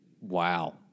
Wow